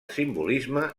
simbolisme